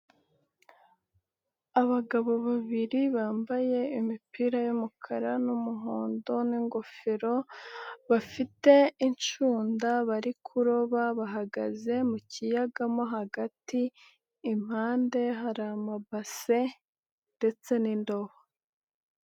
Abagabo babiri bambaye imipira y'umukara n'umuhondo n'ingofero, bafite inshunda bari kuroba bahagaze mu kiyaga mo hagati, impande hari amabase ndetse n'indobo.